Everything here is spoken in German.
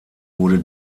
wurde